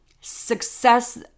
success